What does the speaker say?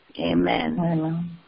Amen